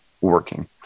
working